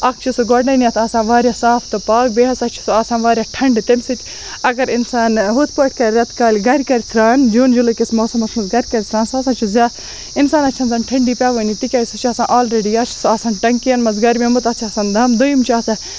اکھ چھُ سُہ گۄڈنیتھ آسان واریاہ صاف تہٕ پاک بییٚہِ ہَسا چھُ سُہ آسان واریاہ ٹھنڈٕ تمہِ سۭتۍ اگر اِنسان ہُتھ پٲٹھۍ کَرِ ریٚتکالہِ گَرِ کَرِ سران جوٗن جُلے کِس موسَمَس مَنٛز گَرِ کَرِ سران سُہ ہَسا چھُ زیاد اِنسانَس چھَنہٕ زَن ٹھندی پیٚوٲنی تکیاز سُہ چھُ آسان آلریٚڈی یا چھُ سُہ آسان ٹینکِیَن مَنٛز گَرمیومُت تَتھ چھُ آسان دَم دۄیِم چھُ آسان